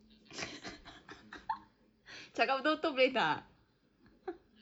cakap betul-betul boleh tak